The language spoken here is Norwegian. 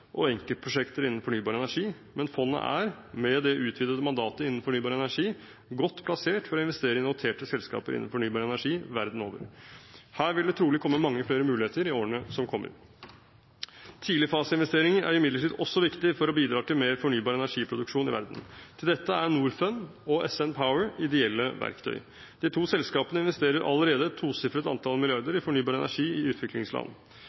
og enkeltprosjekter innen fornybar energi. Men fondet er, med det utvidede mandatet innen fornybar energi, godt plassert for å investere i noterte selskaper innen fornybar energi verden over. Her vil det trolig komme mange flere muligheter i årene som kommer. Tidligfaseinvesteringer er imidlertid også viktig for å bidra til mer fornybar energiproduksjon i verden. Til dette er Norfund og SN Power ideelle verktøy. De to selskapene investerer allerede et tosifret antall milliarder i fornybar energi i utviklingsland.